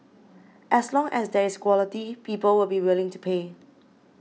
as long as there is quality people will be willing to pay